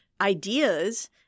ideas